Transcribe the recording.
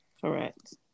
Correct